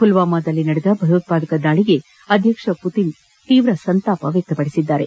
ಪುಲ್ವಾಮಾದಲ್ಲಿ ನಡೆದ ಭಯೋತ್ವಾದಕ ದಾಳಿಗೆ ಅಧ್ಯಕ್ಷ ಪುಟಿನ್ ಅವರು ತೀವ್ರ ಸಂತಾಪ ವ್ಯಕ್ತಪಡಿಸಿದರು